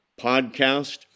podcast